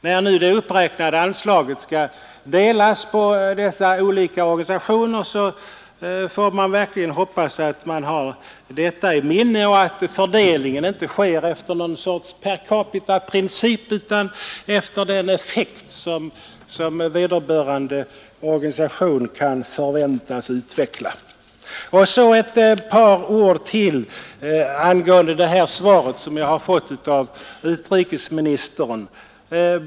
När nu det uppräknade informationsanslaget skall delas på olika organisationer hoppas jag verkligen att man har detta i minnet och att fördelningen inte sker efter någon enkel percapitaprincip utan efter den effekt som vederbörande organisation kan förväntas utveckla. Så ytterligare några ord angående det svar på min fråga som jag har fått av utrikesministern.